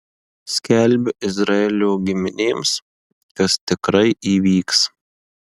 skelbiu izraelio giminėms kas tikrai įvyks